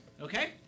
okay